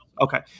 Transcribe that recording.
Okay